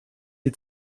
die